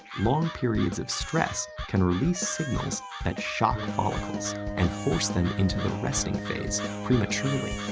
long periods of stress can release signals that shock follicles and force them into the resting phase prematurely.